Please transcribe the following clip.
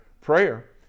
prayer